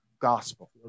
gospel